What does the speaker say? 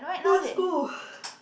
whose school